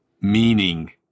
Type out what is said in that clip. meaning